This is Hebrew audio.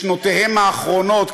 בשנותיהם האחרונות,